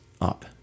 up